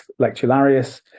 lectularius